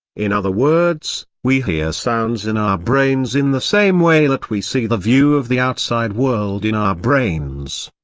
in other words, we hear sounds in our brains in the same way that we see the view of the outside world in our brains.